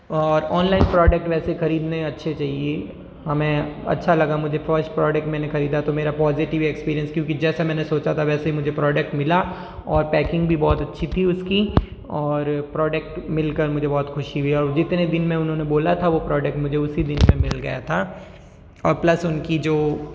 और online product वैसे खरीदने अच्छे चाहिए हमें अच्छा लगा मुझे फ़र्स्ट प्रॉडक्ट मैंने खरीदा तो मेरा पॉज़िटिव एक्सपीरिएंस क्योंकि जैसा मैंने सोचा था वैसे ही मुझे प्रॉडक्ट मिला और पैकिंग भी बहुत अच्छी थी उसकी और प्रॉडक्ट मिलकर मुझे बहुत खुशी हुई और जितने दिन में उन्होंने बोला था वो प्रॉडक्ट मुझे उसी दिन में मिला गया था और प्लस उनकी जो